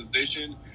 position